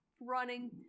running